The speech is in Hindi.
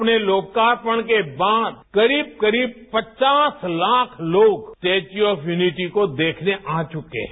अपने लोकापर्ण के बाद करीब करीब पचास लाख लोग स्टेच्यू ऑफ यूनिटी को देखने आ चुके हैं